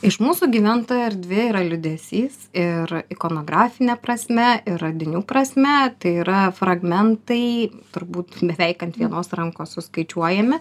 iš mūsų gyventojo erdvė yra liūdesys ir ikonografine prasme ir radinių prasme tai yra fragmentai turbūt beveik ant vienos rankos suskaičiuojami